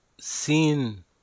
seen